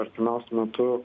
artimiausiu metu